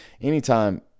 anytime